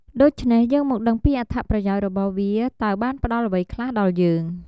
ដូច្នេះយើងមកដឹងអំពីអត្ថប្រយោជន៍របស់វាតើបានផ្ដល់អ្វីខ្លះដល់យើង។